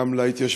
גם הוא להתיישבות,